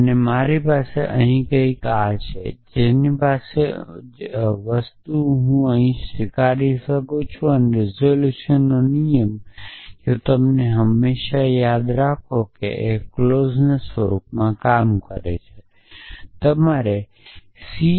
અને મારી પાસે અહીં કંઈક છે અને મારી પાસે તે વસ્તુની અસ્વીકાર છે અહીં રિઝોલ્યુશનનો નિયમ જો તમને હંમેશા યાદ હોય તો તે ક્લૉજ સ્વરૂપમાં કામ કરે છે કે તમારે સી